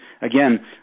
again